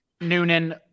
Noonan